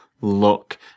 look